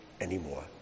anymore